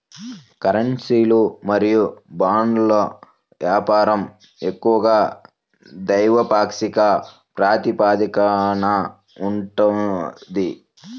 కరెన్సీలు మరియు బాండ్ల వ్యాపారం ఎక్కువగా ద్వైపాక్షిక ప్రాతిపదికన ఉంటది